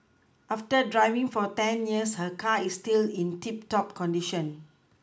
after driving for ten years her car is still in tip top condition